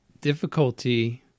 difficulty